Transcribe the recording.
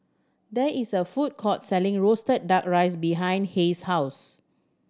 there is a food court selling roasted Duck Rice behind Hays' house